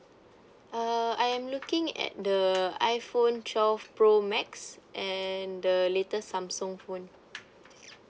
uh I am looking at the iphone twelve pro max and the latest samsung phone